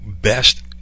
best